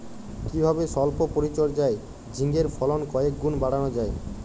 কিভাবে সল্প পরিচর্যায় ঝিঙ্গের ফলন কয়েক গুণ বাড়ানো যায়?